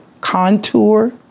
contour